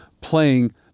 playing